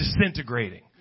disintegrating